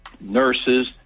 nurses